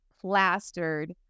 plastered